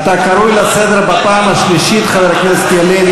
אתה קרוי לסדר בפעם השלישית, חבר הכנסת ילין.